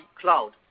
cloud